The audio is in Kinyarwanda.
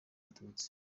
abatutsi